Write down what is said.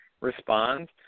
respond